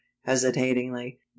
hesitatingly